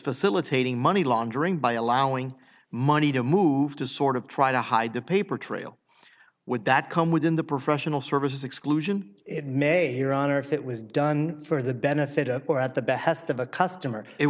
facilitating money laundering by allowing money to move to sort of try to hide the paper trail would that come within the professional services exclusion it may your honor if it was done for the benefit of or at the behest of a customer it